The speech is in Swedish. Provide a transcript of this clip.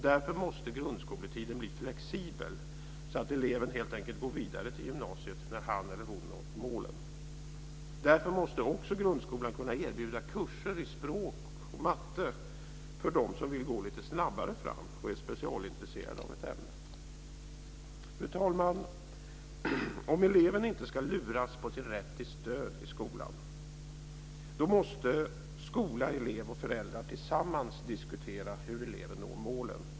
Därför måste grundskoletiden bli flexibel, så att eleven helt enkelt går vidare till gymnasiet när han eller hon har nått målen. Därför måste också grundskolan kunna erbjuda kurser i språk och matte för dem som vill gå lite snabbare fram och är specialintresserade av ett ämne. Fru talman! Om eleven inte ska luras på sin rätt till stöd i skolan måste skola, elev och föräldrar tillsammans diskutera hur eleven når målen.